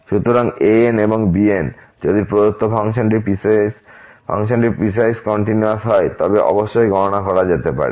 সুতরাং an এবং bn যদি প্রদত্ত ফাংশনটি পিসওয়াইস কন্টিনিউয়াস হয় তবে অবশ্যই গণনা করা যেতে পারে